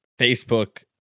Facebook